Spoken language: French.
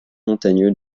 montagneux